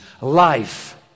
life